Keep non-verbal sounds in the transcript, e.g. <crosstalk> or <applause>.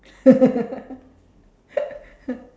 <laughs>